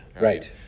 right